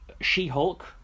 She-Hulk